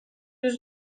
yüz